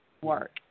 work